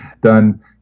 done